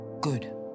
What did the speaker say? good